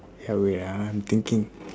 okay wait ah i'm thinking